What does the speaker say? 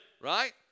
Right